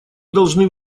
должны